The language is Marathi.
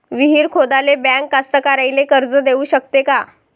विहीर खोदाले बँक कास्तकाराइले कर्ज देऊ शकते का?